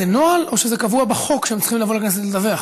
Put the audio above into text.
זה נוהל או שזה קבוע בחוק שהם צריכים לבוא לכנסת לדווח?